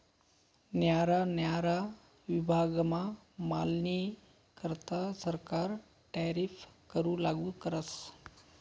न्यारा न्यारा विभागमा मालनीकरता सरकार टैरीफ कर लागू करस